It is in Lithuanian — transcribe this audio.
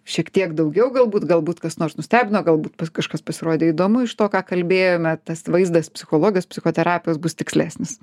šiek tiek daugiau galbūt galbūt kas nors nustebino galbūt kažkas pasirodė įdomu iš to ką kalbėjome tas vaizdas psichologijos psichoterapijos bus tikslesnis